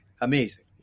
Amazing